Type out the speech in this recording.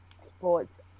sports